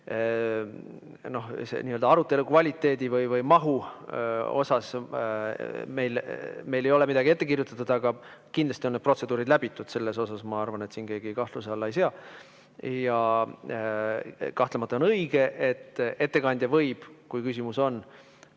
arutelu kvaliteedi või mahu osas ei ole meile midagi ette kirjutatud, aga kindlasti on need protseduurid läbitud. Seda, ma arvan, siin keegi kahtluse alla ei sea. Ja kahtlemata on õige, et ettekandja võib, kui küsimus on,